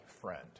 friend